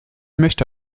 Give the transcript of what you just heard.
möchte